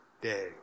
day